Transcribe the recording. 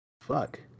Fuck